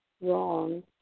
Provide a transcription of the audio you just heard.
wrong